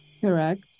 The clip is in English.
Correct